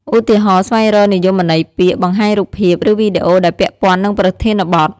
ឧទាហរណ៍ ស្វែងរកនិយមន័យពាក្យ បង្ហាញរូបភាព ឬវីដេអូដែលពាក់ព័ន្ធនឹងប្រធានបទ។